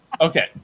Okay